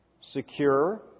secure